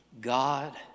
God